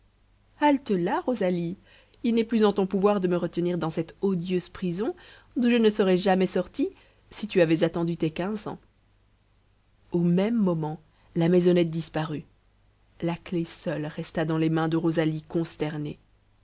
halte-là rosalie il n'est plus en ton pouvoir de me retenir dans cette odieuse prison d'où je ne serais jamais sortie si tu avais attendu tes quinze ans au même moment la maisonnette disparut la clef seule resta dans les mains de rosalie consternée